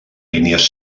línies